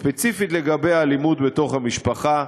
ספציפית לגבי אלימות בתוך המשפחה,